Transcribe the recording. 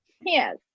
Yes